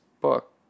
book